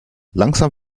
langsam